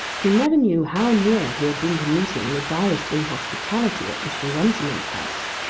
he never knew how near he had been to meeting the direst inhospitality at mr. runciman's house.